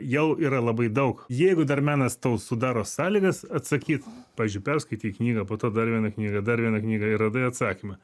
jau yra labai daug jeigu dar menas tau sudaro sąlygas atsakyt pavyzdžiui perskaitei knygą po to dar vieną knygą dar vieną knygą ir radai atsakymą